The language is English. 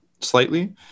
slightly